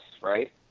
right